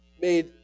made